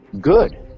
Good